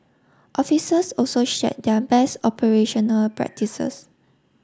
officers also shared their best operational practices